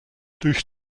durch